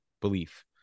belief